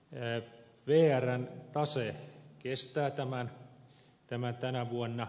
vrn tase kestää tämän tänä vuonna